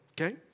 Okay